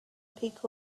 peak